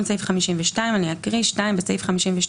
סעיף 52. תיקון סעיף 52 2. בסעיף 52(א),